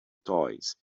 toys